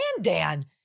Dan